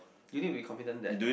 you need to be confident that